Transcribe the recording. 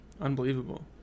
Unbelievable